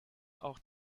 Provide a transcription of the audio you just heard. auch